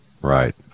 Right